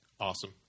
Awesome